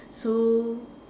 so